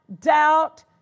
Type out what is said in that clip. doubt